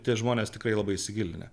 tie žmonės tikrai labai įsigilinę